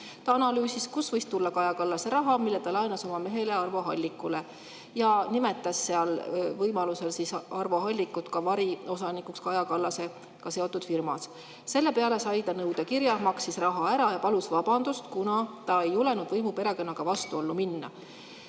Ta analüüsis, kust võis tulla Kaja Kallase raha, mille ta laenas oma mehele Arvo Hallikule, ja nimetas seal võimalusena ka seda, et Arvo Hallik on variosanik Kaja Kallasega seotud firmas. Selle peale sai ta nõudekirja, maksis raha ära ja palus vabandust, kuna ta ei julgenud võimuperekonnaga vastuollu minna.